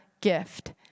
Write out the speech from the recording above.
gift